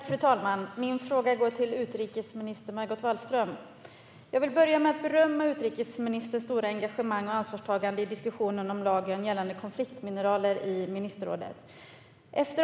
Fru talman! Min fråga går till utrikesminister Margot Wallström. Jag vill börja med att berömma utrikesministerns stora engagemang och ansvarstagande i diskussionen i ministerrådet gällande lagen om konfliktmineraler.